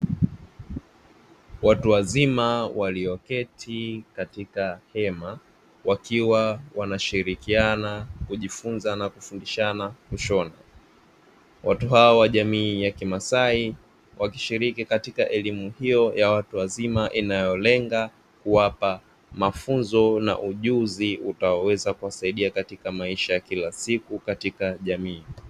Watu wazima walioketi katika hema, wakiwa wanashirikiana kujifunza na kufundishana kushona. Watu hawa jamii ya kimasai wakishiriki katika elimu hiyo ya watu wazima; inayolenga kuwapa mafunzo na ujuzi utaoweza kuwasaidia katika maisha ya kila siku katika jamii.